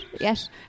Yes